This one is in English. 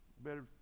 better